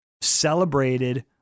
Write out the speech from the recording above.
celebrated